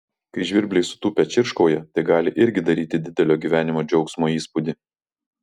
kai žvirbliai sutūpę čirškauja tai gali irgi daryti didelio gyvenimo džiaugsmo įspūdį